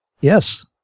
Yes